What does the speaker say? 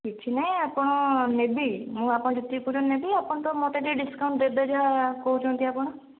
କିଛି ନାହିଁ ଆପଣ ନେବି ମୁଁ ଆପଣ ଯେତିକି କହୁଛନ୍ତି ନେବି ଆପଣ ତ ମୋତେ ଟିକେ ଡିସ୍କାଉଣ୍ଟ ଦେବେ ଯାହା କହୁଛନ୍ତି ଆପଣ